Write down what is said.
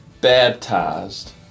baptized